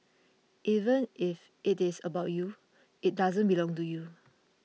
even if it is about you it doesn't belong to you